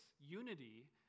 unity